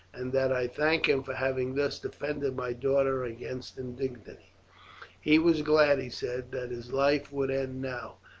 and that i thank him for having thus defended my daughter against indignity he was glad, he said, that his life would end now,